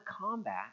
combat